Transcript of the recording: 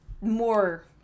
more